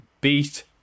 beat